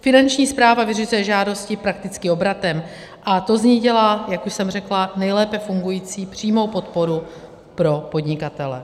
Finanční správa vyřizuje žádosti prakticky obratem a to z ní dělá, jak už jsem řekla, nejlépe fungující přímou podporu pro podnikatele.